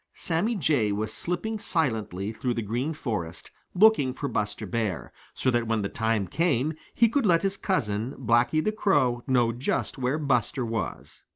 sammy jay was slipping silently through the green forest, looking for buster bear, so that when the time came he could let his cousin, blacky the crow, know just where buster was.